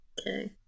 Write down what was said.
Okay